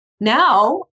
now